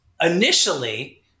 initially